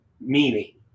meaning